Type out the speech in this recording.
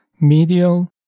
medial